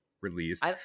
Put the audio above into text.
released